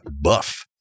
buff